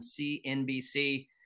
cnbc